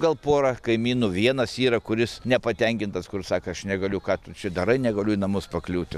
gal pora kaimynų vienas yra kuris nepatenkintas kur sako aš negaliu ką tu čia darai negaliu į namus pakliūti